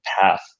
path